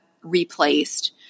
Replaced